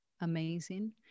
amazing